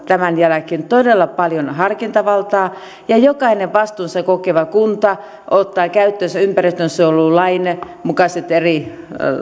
tämän jälkeen todella paljon harkintavaltaa ja jokainen vastuunsa kokeva kunta ottaa käyttöönsä ympäristösuojelulain mukaiset eri